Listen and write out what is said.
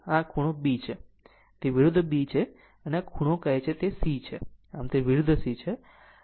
ધારો કે આ ખૂણો B છે તે વિરુદ્ધ B છે અને આ ખૂણો કહે છે કે તે c છે આમ તે વિરુદ્ધ c છે